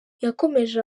yakomeje